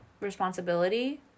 responsibility